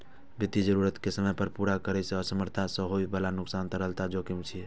वित्तीय जरूरत कें समय पर पूरा करै मे असमर्थता सं होइ बला नुकसान तरलता जोखिम छियै